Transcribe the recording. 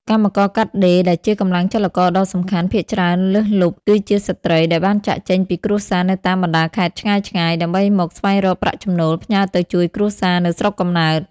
កម្មករកាត់ដេរដែលជាកម្លាំងចលករដ៏សំខាន់ ភាគច្រើនលើសលប់គឺជាស្ត្រីដែលបានចាកចេញពីគ្រួសារនៅតាមបណ្តាខេត្តឆ្ងាយៗ ដើម្បីមកស្វែងរកប្រាក់ចំណូលផ្ញើទៅជួយគ្រួសារនៅស្រុកកំណើត។